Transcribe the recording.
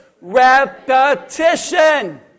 Repetition